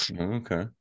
okay